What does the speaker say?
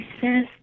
says